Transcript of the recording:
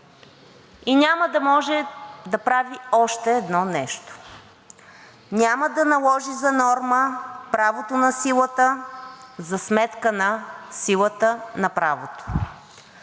и няма да може да прави още едно нещо – няма да наложи за норма правото на силата за сметка на силата на правото.